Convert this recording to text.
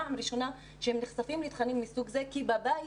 פעם ראשונה שהם נחשפים לתכנים מהסוג הזה כי בבית,